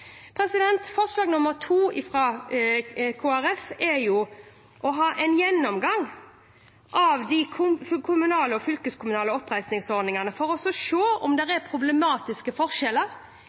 Forslag 2, fra Arbeiderpartiet, er å ha en gjennomgang av de kommunale og fylkeskommunale oppreisningsordningene for å se om det er problematiske forskjeller.